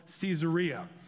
caesarea